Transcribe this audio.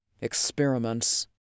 experiments